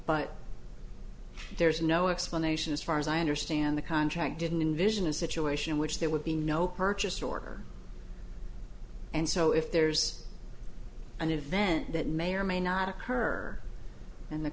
but there's no explanation as far as i understand the contract didn't envision a situation in which there would be no purchase order and so if there's an event that may or may not occur and the